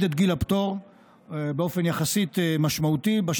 את גיל הפטור באופן משמעותי יחסית.